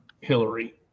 hillary